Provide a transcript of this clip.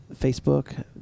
Facebook